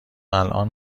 الان